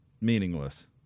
meaningless